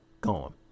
Gone